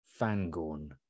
Fangorn